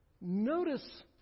Notice